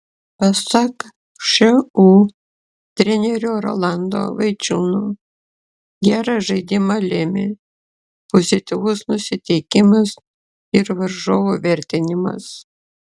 pasak šu trenerio rolando vaičiūno gerą žaidimą lėmė pozityvus nusiteikimas ir varžovų vertinimas